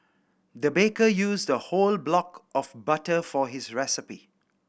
the baker used a whole block of butter for this recipe